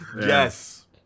Yes